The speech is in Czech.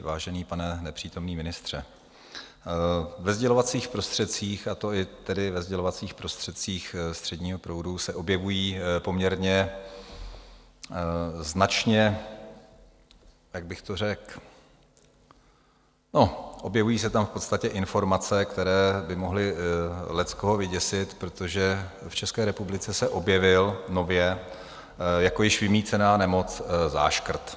Vážený nepřítomný pane ministře, ve sdělovacích prostředcích, a to i ve sdělovacích prostředcích středního proudu, se objevují poměrně značně jak bych to řekl no, objevují se tam v podstatě informace, které by mohly leckoho vyděsit, protože v České republice se objevil nově jako již vymýcená nemoc záškrt.